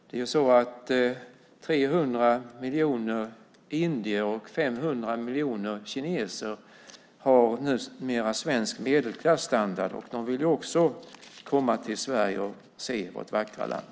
Numera har 300 miljoner indier och 500 miljoner kineser svensk medelklasstandard. De vill ju också komma till Sverige och se vårt vackra land.